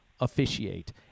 officiate